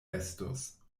estus